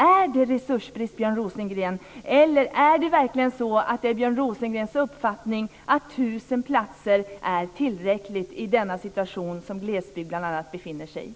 Är det resursbrist, Björn Rosengren, eller är det verkligen Björn Rosengrens uppfattning att 1 000 platser är tillräckligt i den situation som glesbygden befinner sig i?